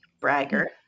Bragger